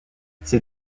ces